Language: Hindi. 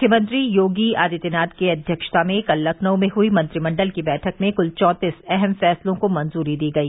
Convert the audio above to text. मुख्यमंत्री योगी आदित्यनाथ की अध्यक्षता में कल लखनऊ में हुई मंत्रिमंडल की बैठक में कुल चौंतीस अहम फैसलों को मंजूरी दी गई